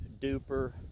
duper